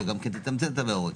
אז אתה גם תצמצם את התו הירוק.